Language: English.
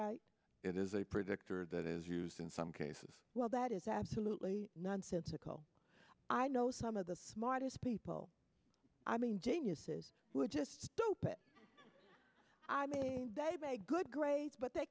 right it is a predictor that is used in some cases well that is absolutely nonsensical i know some of the smartest people i mean geniuses who are just don't get good grades but they